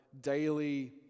daily